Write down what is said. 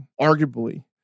arguably